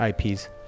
IPs